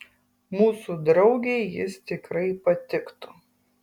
mūsų draugei jis tikrai patiktų